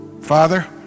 Father